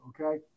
okay